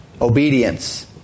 Obedience